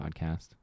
podcast